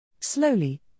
Slowly